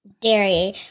dairy